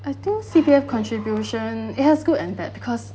I think C_P_F contribution it has good and bad because